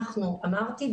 אמרתי,